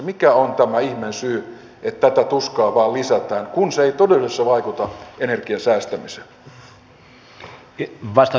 mikä ihme on tämä syy että tätä tuskaa vain lisätään kun se ei todellisuudessa vaikuta energian säästämiseen